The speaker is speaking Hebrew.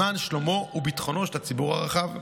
למען שלומו וביטחונו של הציבור הרחב.